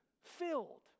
filled